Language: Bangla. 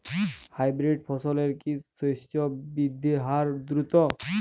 হাইব্রিড ফসলের কি শস্য বৃদ্ধির হার দ্রুত?